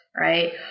Right